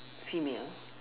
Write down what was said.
female